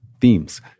themes